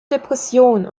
depressionen